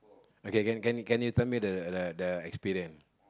okay can can you tell me the experience